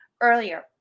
earlier